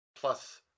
plus